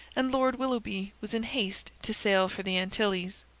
and lord willoughby was in haste to sail for the antilles.